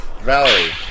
Valerie